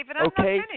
Okay